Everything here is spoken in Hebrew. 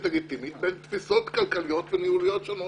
לגיטימית בין תפיסות כלכליות וניהוליות שונות.